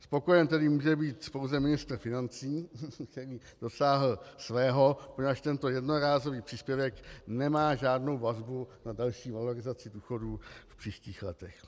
Spokojen tedy může být pouze ministr financí, který dosáhl svého, poněvadž tento jednorázový příspěvek nemá žádnou vazbu na další valorizaci důchodů v příštích letech.